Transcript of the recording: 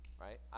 right